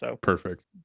Perfect